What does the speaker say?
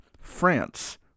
France